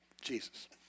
Jesus